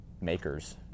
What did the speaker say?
makers